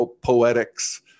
poetics